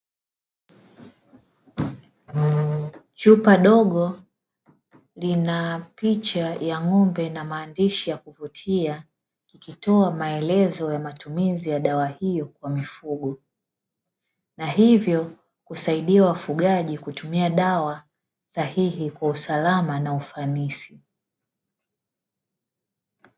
Chupa dogo lina picha ya ng'ombe na maandishi ya kuvutia ikitoa maelezo ya matumizi ya dawa hiyo kwa mifugo na hivyo husaidia wafugaji kutumia dawa sahihi kwa usalama na ufanisi.